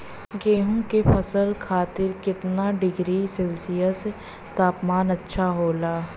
गेहूँ के फसल खातीर कितना डिग्री सेल्सीयस तापमान अच्छा होला?